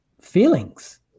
feelings